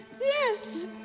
Yes